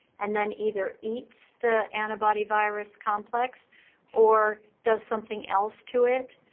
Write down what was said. and then either eats the antibody virus complex or does something else to it.